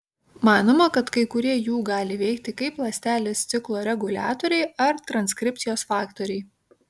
manoma kad kai kurie jų gali veikti kaip ląstelės ciklo reguliatoriai ar transkripcijos faktoriai